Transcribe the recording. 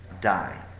Die